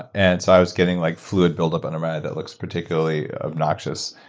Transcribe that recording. an so i was getting like fluid buildup in a manner that looks particularly obnoxious,